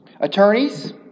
Attorneys